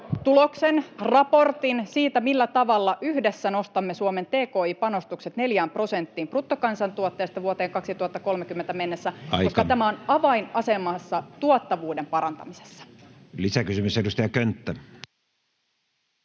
raportin siitä, millä tavalla yhdessä nostamme Suomen tki-panostukset neljään prosenttiin bruttokansantuotteesta vuoteen 2030 mennessä, [Puhemies: Aika!] koska tämä on avainasemassa tuottavuuden parantamisessa. [Speech 66] Speaker: Matti